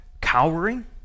cowering